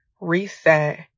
reset